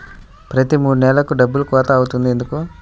ప్రతి మూడు నెలలకు డబ్బులు కోత అవుతుంది ఎందుకు?